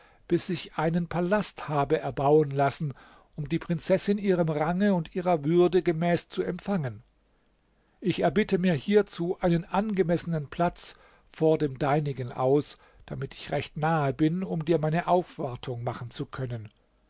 bis ich einen palast habe erbauen lassen um die prinzessin ihrem range und ihrer würde gemäß zu empfangen ich erbitte mir hierzu einen angemessenen platz vor dem deinigen aus damit ich recht nahe bin um dir meine aufwartung machen zu können